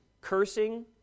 cursing